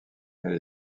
elle